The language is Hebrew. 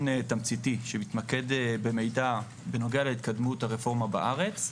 תמציתי שמתמקד במידע בנוגע להתקדמות הרפורמה בארץ,